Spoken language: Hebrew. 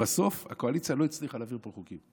שבסוף הקואליציה לא הצליחה להעביר פה חוקים.